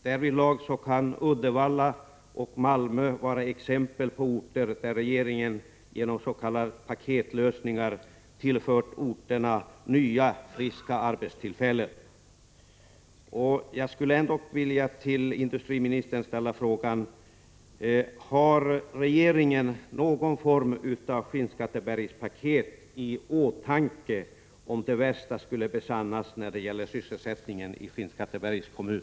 Därvidlag kan Uddevalla och Malmö vara exempel på orter där regeringen genom s.k. paketlösningar tillfört orterna nya friska arbetstillfällen.